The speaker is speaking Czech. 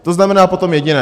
To znamená potom jediné.